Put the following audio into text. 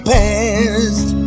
past